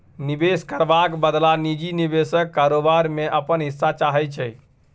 निबेश करबाक बदला निजी निबेशक कारोबार मे अपन हिस्सा चाहै छै